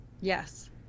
Yes